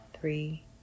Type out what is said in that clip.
three